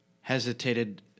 Hesitated